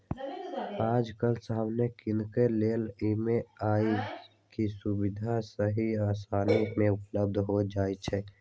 याजकाल समान किनेके लेल ई.एम.आई के सुभिधा सेहो असानी से उपलब्ध हो जाइ छइ